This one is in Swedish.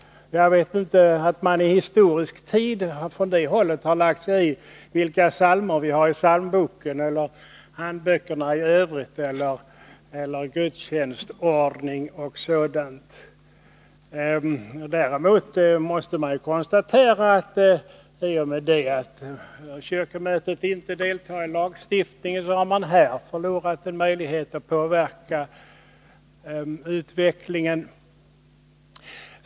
Jag kan inte erinra mig att man från det hållet under historisk tid har lagt sig i vilka psalmer vi har i psalmboken eller vad som gäller handböckerna i övrigt, gudstjänstordningen etc. Däremot måste konstateras att man i och med att kyrkomötet inte deltar i lagstiftningen här har förlorat en möjlighet att påverka utvecklingen.